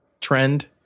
trend